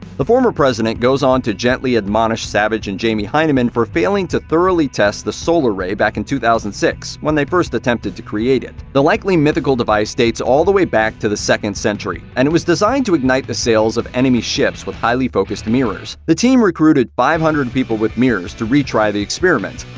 the former president goes on to gently admonish savage and jamie hyneman for failing to thoroughly test the solar ray back in two thousand and six, when they first attempted to create it. the likely-mythical device dates all the way back to the second century, and it was designed to ignite the sails of enemy ships with highly-focused mirrors. the team recruited five hundred people with mirrors to retry the experiment.